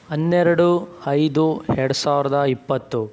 ಹನ್ನೆರಡು ಐದು ಎರಡು ಸಾವಿರದ ಇಪ್ಪತ್ತು